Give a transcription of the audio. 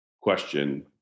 question